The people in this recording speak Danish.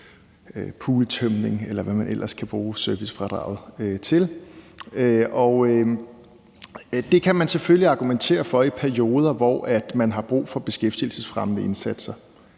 ellers kan bruge servicefradraget til. Man kan selvfølgelig argumentere for det i perioder, hvor man har brug for beskæftigelsesfremmende indsatser,